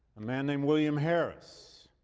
a man named william harris,